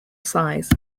size